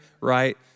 right